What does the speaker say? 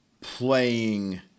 playing